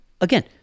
again